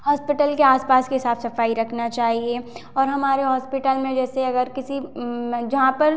hospital के आसपास की साफ सफाई रखना चाहिए और हमारे हॉस्पिटल में जैसे अगर किसी जहाँ पर